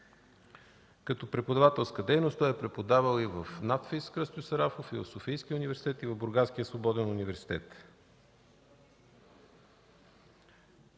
Като преподавателска дейност той е преподавал в НАТФИЗ „Кръстьо Сарафов”, в Софийския университет и в Бургаския свободен университет.